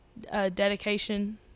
dedication